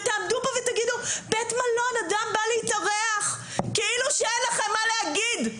ותעמדו פה ותגידו בית מלון אדם בא להתארח כאילו שאין לכם מה להגיד.